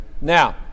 Now